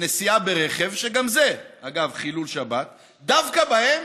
נסיעה ברכב, שגם זה, אגב, חילול שבת, דווקא בהן,